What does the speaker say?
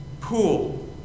pool